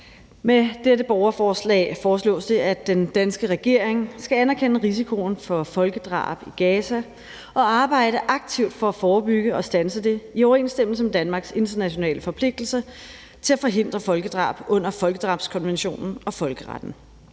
Med dette borgerforslag foreslås det, at den danske regering skal anerkende risikoen for folkedrab i Gaza og arbejde aktivt for at forebygge og standse det i overensstemmelse med Danmarks internationale forpligtelser til at forhindre folkedrab under folkedrabskonvention og folkeretten.